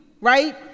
right